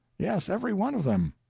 yes, every one of them.